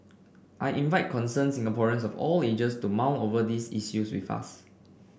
I invite concerned Singaporeans of all ages to mull over these issues with us